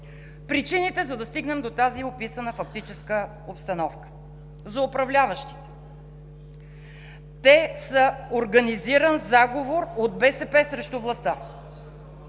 Причините, за да стигнем до тази описана фактическа обстановка: За управляващите: „Те са организиран заговор от БСП срещу властта.“